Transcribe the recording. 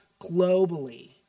globally